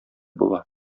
була